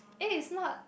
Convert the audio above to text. eh is not